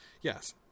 yes